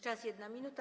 Czas - 1 minuta.